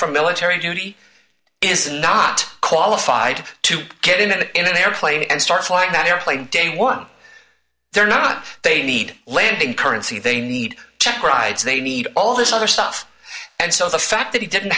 from military duty is not qualified to get into that in an airplane and start flying that airplane day one they're not they need landing currency they need check rides they need all this other stuff and so the fact that he didn't